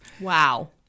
wow